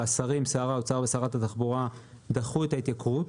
אבל שר האוצר ושרת התחבורה דחו את ההתייקרות.